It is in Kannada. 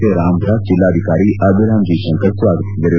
ಎ ರಾಮದಾಸ್ ಜಿಲ್ಲಾಧಿಕಾರಿ ಅಭಿರಾಮ್ ಜಿ ಶಂಕರ್ ಸ್ವಾಗತಿಸಿದರು